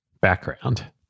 background